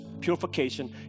purification